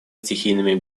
стихийными